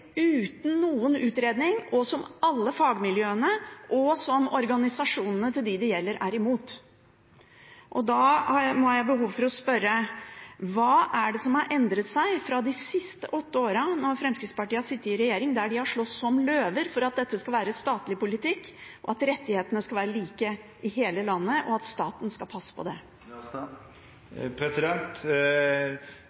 uten utredning, som alle fagmiljøene og organisasjonene til dem det gjelder, er imot. Da har jeg behov for å spørre: Hva er det som har endret seg fra de siste åtte åra til Fremskrittspartiet har sittet i regjering, der de har slåss som løver for at dette skal være statlig politikk, at rettighetene skal være like i hele landet, og at staten skal passe på